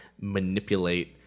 manipulate